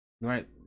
right